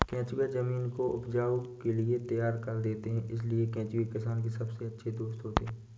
केंचुए जमीन को उपज के लिए तैयार कर देते हैं इसलिए केंचुए किसान के सबसे अच्छे दोस्त होते हैं